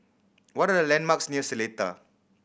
what are the landmarks near Seletar